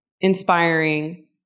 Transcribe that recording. inspiring